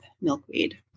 milkweed